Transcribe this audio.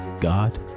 God